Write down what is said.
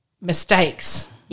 mistakes